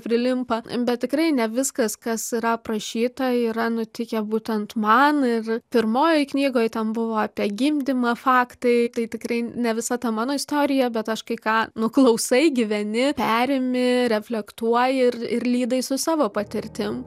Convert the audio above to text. prilimpa bet tikrai ne viskas kas yra aprašyta yra nutikę būtent man ir pirmojoj knygoj ten buvo apie gimdymą faktai tai tikrai ne visa ta mano istorija bet aš kai ką nuklausai gyveni perimi reflektuoji ir ir lydai su savo patirtim